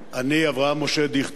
אני, אברהם משה דיכטר,